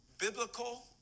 biblical –